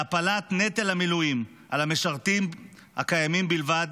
שלהפלת נטל המילואים על המשרתים הקיימים בלבד,